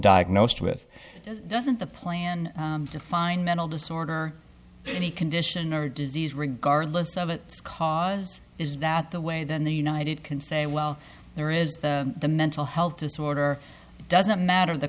diagnosed with doesn't the plan define mental disorder any condition or disease regardless of its cause is that the way than the united can say well there is the the mental health disorder doesn't matter the